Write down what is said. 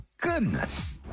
goodness